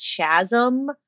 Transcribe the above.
chasm